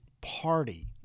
party